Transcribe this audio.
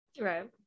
Right